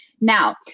Now